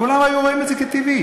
כולם היו רואים את זה כטבעי.